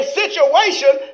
situation